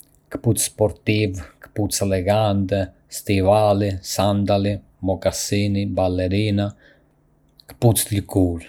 Ka shumë lloje këpucësh, si këpucë sportiv, këpucë elegante, çizme, sandale, mocasini, ballerina, këpucë për vrapim, çizme dhe këpucë lëkure. Çdo lloj këpucësh është e dizajnuar për një përdorim të veçantë dhe për stile të ndryshme veshjeje.